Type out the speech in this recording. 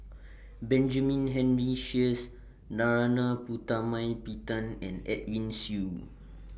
Benjamin Henry Sheares Narana Putumaippittan and Edwin Siew